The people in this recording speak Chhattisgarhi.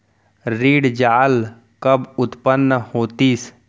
ऋण जाल कब उत्पन्न होतिस?